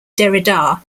derrida